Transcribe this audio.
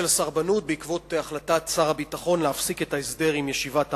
בעקבות החלטת שר הביטחון להפסיק את ההסדר בישיבת הר-ברכה.